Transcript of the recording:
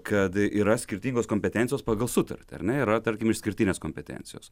kad yra skirtingos kompetencijos pagal sutartį ar ne yra tarkim išskirtinės kompetencijos